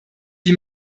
wie